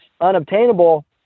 unobtainable